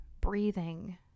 breathing